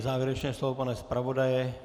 Závěrečné slovo pana zpravodaje?